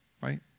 right